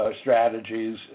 strategies